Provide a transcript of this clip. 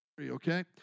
okay